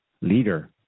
leader